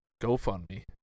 GoFundMe